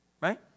right